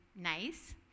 nice